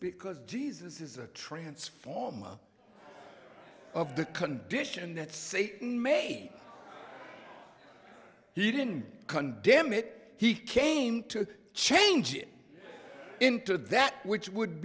because jesus is a transformer of the condition that satan made he didn't condemn it he came to change it into that which would